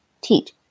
teach